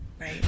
right